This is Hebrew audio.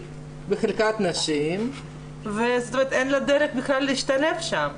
היא בחלקת נשים ואין לה דרך בכלל להשתלב שם,